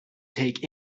take